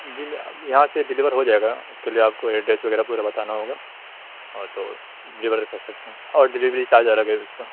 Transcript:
جی میں یہاں سے ڈلیور ہو جائے گا اس کے لیے آپ کو ایڈریس وغیرہ پورا بتانا ہوگا اور تو ڈلیور بھی کر سکتے ہیں اور ڈلیوری چارج الگ ہے پھر اس کا